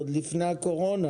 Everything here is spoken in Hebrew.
עוד לפני הקורונה.